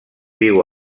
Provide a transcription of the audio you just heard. viu